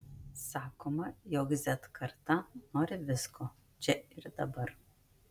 sakoma jog z karta nori visko čia ir dabar